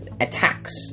attacks